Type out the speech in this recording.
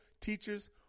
teachers